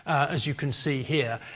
as you can see here,